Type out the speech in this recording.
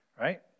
Right